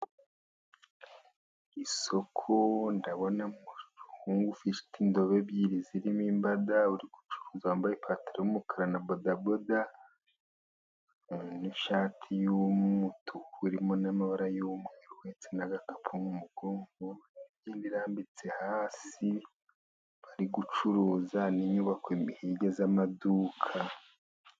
Isoko, ndabona umuhungu ufite indobo ebyiri zirimo imbada uri gucuruzi wambaye ipantaro y'umukara na badaboda n'ishati y'umutuku, irimo n'amabara y'umweru uhetse n'agakapu mu mugongo n'indi irambitse hasi bari gucuruza, n'inyubako hirya z'amaduka.